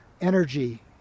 energy